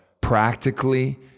practically